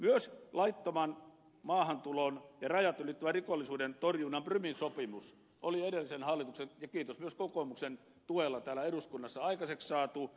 myös laittoman maahantulon ja rajat ylittävän rikollisuuden torjunnan prumin sopimus oli edellisen hallituksen ja kiitos myös kokoomuksen tuella täällä eduskunnassa aikaiseksi saatu